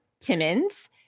Timmons